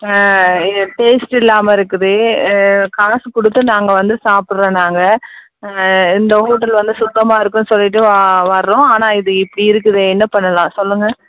ஆ இது டேஸ்ட் இல்லாமல் இருக்குது காசு கொடுத்து நாங்கள் வந்து சாப்பிட்றோம் நாங்கள் இந்த ஹோட்டல் வந்து சுத்தமாக இருக்கும் சொல்லிவிட்டு வர்றோம் ஆனால் இது இப்படி இருக்குதே என்ன பண்ணலாம் சொல்லுங்கள்